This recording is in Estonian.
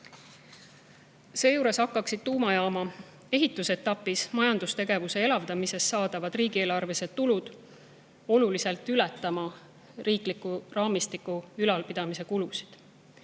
Seejuures hakkaksid tuumajaama ehituse etapis majandustegevuse elavdamisest saadavad riigieelarvelised tulud oluliselt ületama riikliku raamistiku ülalpidamise kulusid.